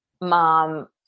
mom